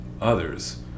others